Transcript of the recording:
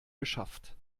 geschafft